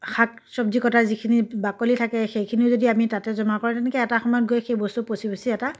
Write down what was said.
শাক চব্জি কটাৰ যিখিনি বাকলি থাকে সেইখিনিও যদি আমি তাতে জমা কৰে তেনেকৈ এটা সময়ত গৈ সেই বস্তু পচি পচি এটা